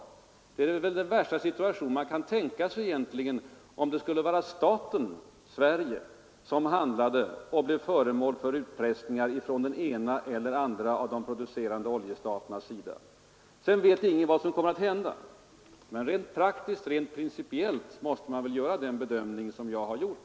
Det är väl egentligen den värsta situation man kan tänka sig, om det är staten Sverige som handlar och blir föremål för utpressning från den ena eller andra oljeproducerande staten. Ingen vet naturligtvis vad som kommer att hända, men rent praktiskt och principiellt måste man väl ändå göra den bedömning som jag har gjort?